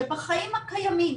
שבחיים הקיימים,